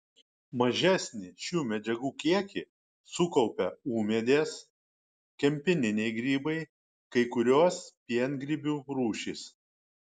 mažesnį šių medžiagų kiekį sukaupia ūmėdės kempininiai grybai kai kurios piengrybių rūšys